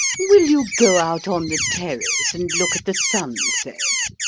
will you go out on the terrace and look at the sunset?